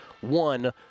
one